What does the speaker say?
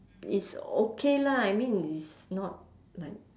it's okay lah I mean it's not like